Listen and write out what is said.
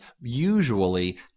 usually